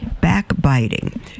backbiting